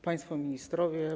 Państwo Ministrowie!